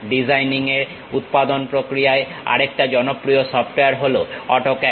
designing এ উৎপাদন প্রক্রিয়ায় আরেকটা জনপ্রিয় সফটওয়্যার হলো অটোক্যাড